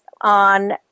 on